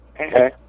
Okay